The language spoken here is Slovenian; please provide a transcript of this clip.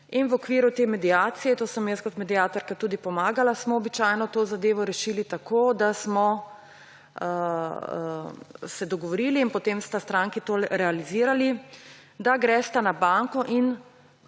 in v okviru te mediacije – to sem kot mediatorka tudi pomagala – smo običajno to zadevo rešili tako, da smo se dogovorili – potem sta stranki to realizirali ‒, da gresta na banko in